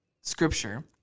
Scripture